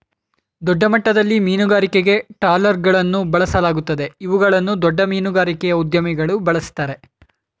ದೊಡ್ಡಮಟ್ಟದಲ್ಲಿ ಮೀನುಗಾರಿಕೆಗೆ ಟ್ರಾಲರ್ಗಳನ್ನು ಬಳಸಲಾಗುತ್ತದೆ ಇವುಗಳನ್ನು ದೊಡ್ಡ ಮೀನುಗಾರಿಕೆಯ ಉದ್ಯಮಿಗಳು ಬಳ್ಸತ್ತರೆ